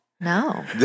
No